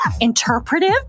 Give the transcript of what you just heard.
Interpretive